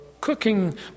cooking